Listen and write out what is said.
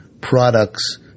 products